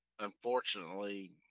unfortunately